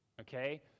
okay